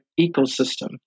ecosystem